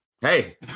Hey